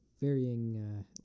varying